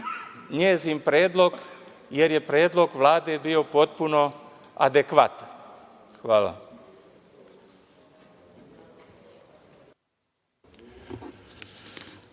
njen predlog, jer je predlog Vlade bio potpuno adekvatan. Hvala.